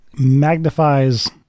magnifies